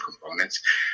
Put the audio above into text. components